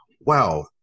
wow